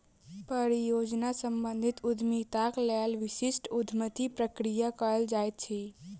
परियोजना सम्बंधित उद्यमिताक लेल विशिष्ट उद्यमी प्रक्रिया कयल जाइत अछि